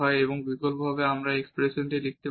এবং বিকল্পভাবে আমরা এই এক্সপ্রেশনটি লিখতে পারি